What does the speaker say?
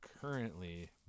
currently